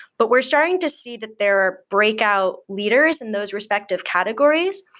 but we're starting to see that there are breakout leaders in those respective categories.